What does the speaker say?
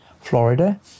Florida